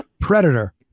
Predator